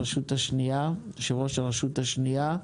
יושב-ראש הרשות השנייה.